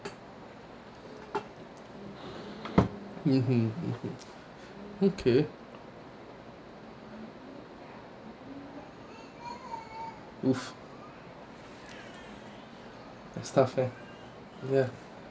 mmhmm mmhmm okay woof it's tough eh ya